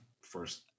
first